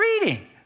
reading